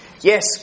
Yes